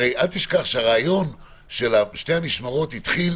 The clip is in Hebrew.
הרי אל תשכח שהרעיון של שתי המשמרות התחיל